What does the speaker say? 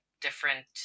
different